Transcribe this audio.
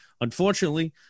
Unfortunately